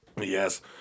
Yes